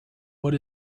what